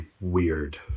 weird